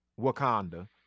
Wakanda